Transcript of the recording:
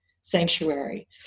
sanctuary